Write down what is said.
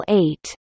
eight